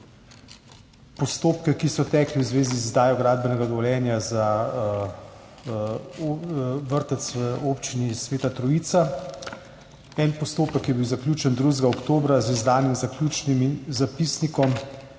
postopke, ki so tekli v zvezi z izdajo gradbenega dovoljenja za vrtec v Občini Sveta Trojica. En postopek je bil zaključen 2. oktobra z izdanim zaključnim zapisnikom,